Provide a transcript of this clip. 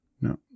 No